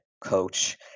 coach